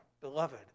beloved